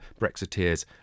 Brexiteers